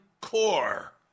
core